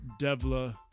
Devla